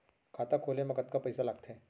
खाता खोले मा कतका पइसा लागथे?